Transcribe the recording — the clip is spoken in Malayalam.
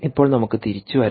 ഇപ്പോൾ നമുക്ക് തിരിച്ചുവരാം